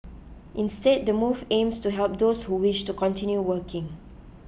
instead the move aims to help those who wish to continue working